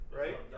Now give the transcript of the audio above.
right